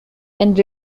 and